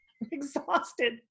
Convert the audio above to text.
exhausted